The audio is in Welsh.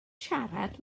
siarad